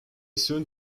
soon